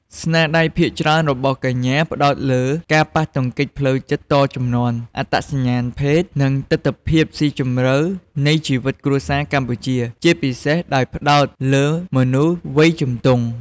ស្នាដៃភាគច្រើនរបស់កញ្ញាផ្ដោតលើការប៉ះទង្គិចផ្លូវចិត្តតជំនាន់ អត្តសញ្ញាណភេទ និងទិដ្ឋភាពស៊ីជម្រៅនៃជីវិតគ្រួសារកម្ពុជា ជាពិសេសដោយផ្ដោតលើមនុស្សវ័យជំទង់។